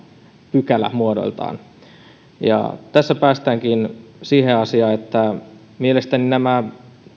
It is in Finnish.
pykälämuodoiltaan tässä päästäänkin siihen asiaan että mielestäni nämä